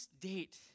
date